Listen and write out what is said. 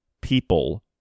people